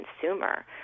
consumer